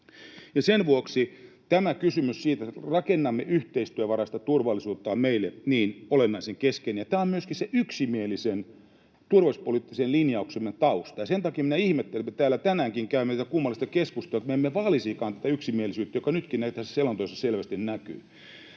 Sen vuoksi tämä kysymys siitä, että rakennamme yhteistyövaraista turvallisuutta, on meille niin olennaisen keskeinen. Tämä on myöskin sen yksimielisen turvallisuuspoliittisen linjauksemme tausta, ja sen takia minä ihmettelen, että täällä tänäänkin käymme tätä kummallista keskustelua, että me emme vaalisikaan tätä yksimielisyyttä, joka nytkin tässä selonteossa selvästi näkyy.